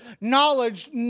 knowledge